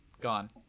Gone